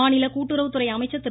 மாநில கூட்டுறவுத்துறை அமைச்சர் திரு